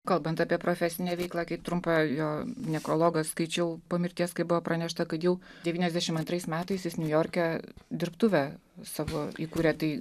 kalbant apie profesinę veiklą kaip trumpą jo nekrologą skaičiau po mirties kai buvo pranešta kad jau devyniasdešimt antrais metais jis niujorke dirbtuvę savo įkūrė tai